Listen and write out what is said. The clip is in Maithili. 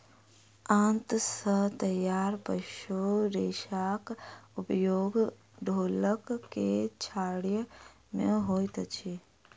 आंत सॅ तैयार पशु रेशाक उपयोग ढोलक के छाड़य मे होइत अछि